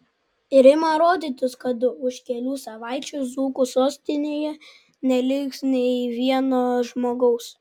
ir ima rodytis kad už kelių savaičių dzūkų sostinėje neliks nei vieno žmogaus